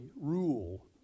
rule